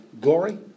glory